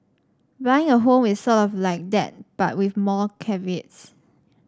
buying a home is sort of like that but with more caveats